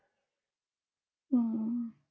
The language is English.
mm